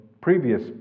previous